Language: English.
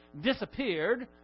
disappeared